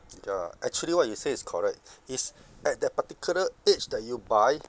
ya actually what you say is correct is at that particular age that you buy